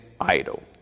idle